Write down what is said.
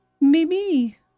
Mimi